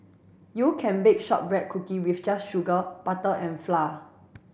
you can bake shortbread cookie with just sugar butter and flour